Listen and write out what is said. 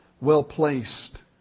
well-placed